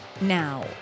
now